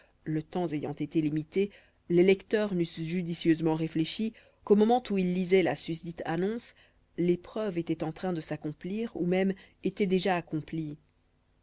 le temps ayant été limité les lecteurs n'eussent judicieusement réfléchi qu'au moment où ils lisaient la susdite annonce l'épreuve était en train de s'accomplir ou même était déjà accomplie